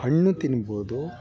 ಹಣ್ಣು ತಿನ್ಬೋದು